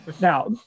now